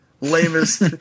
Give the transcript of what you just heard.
Lamest